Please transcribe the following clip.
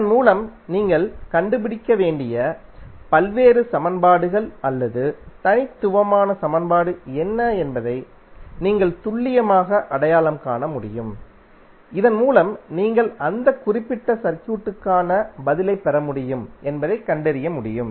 இதன் மூலம் நீங்கள் கண்டுபிடிக்க வேண்டிய பல்வேறு சமன்பாடுகள் அல்லது தனித்துவமான சமன்பாடு என்ன என்பதை நீங்கள் துல்லியமாக அடையாளம் காண முடியும் இதன் மூலம் நீங்கள் அந்த குறிப்பிட்ட சர்க்யூட்க்கான பதிலைப் பெற முடியும் என்பதைக் கண்டறிய முடியும்